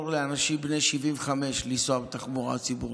לאנשים בני 75 לנסוע בתחבורה הציבורית.